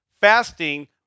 Fasting